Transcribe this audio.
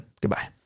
Goodbye